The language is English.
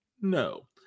No